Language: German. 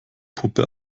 puppe